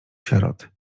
sierot